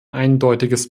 eindeutiges